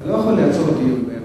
אתה לא יכול לעצור דיון באמצע.